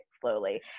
slowly